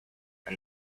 and